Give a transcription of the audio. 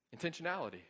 intentionality